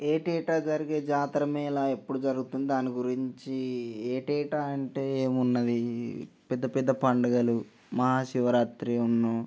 ఏట జరిగే జాతరమేళ ఎప్పుడు జరుగుతుంది దాని గురించి ఏటా అంటే ఏమున్నది పెద్ద పెద్ద పండుగలు మహాశివరాత్రి ఉన్ను